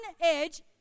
edge